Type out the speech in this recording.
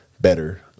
better